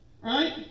right